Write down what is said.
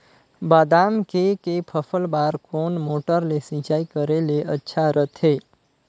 बादाम के के फसल बार कोन मोटर ले सिंचाई करे ले अच्छा रथे?